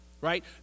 right